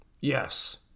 Yes